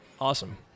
Awesome